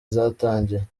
zatangiye